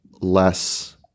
less